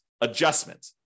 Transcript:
adjustment